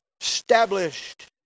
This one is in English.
established